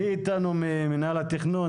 מי נציג מנהל התכנון?